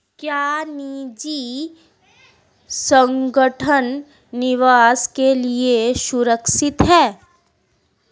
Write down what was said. क्या निजी संगठन निवेश के लिए सुरक्षित हैं?